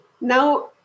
Now